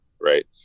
right